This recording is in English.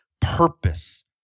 purpose